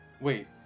Wait